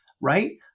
right